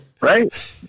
Right